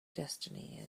destiny